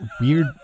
weird